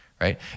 right